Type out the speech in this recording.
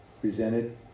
presented